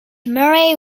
murray